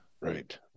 Right